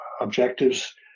objectives